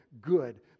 good